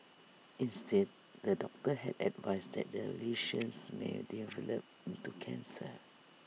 instead the doctor had advised that the lesions may develop into cancer